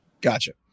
Gotcha